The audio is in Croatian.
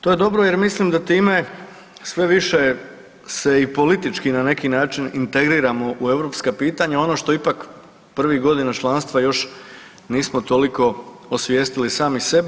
To je dobro jer mislim da time sve više se i politički na neki način integriramo u europska pitanja ono što ipak prvih godina članstva još nismo toliko osvijestili sami sebe.